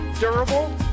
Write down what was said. durable